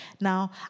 Now